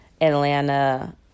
Atlanta